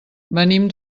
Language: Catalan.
venim